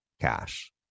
cash